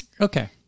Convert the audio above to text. Okay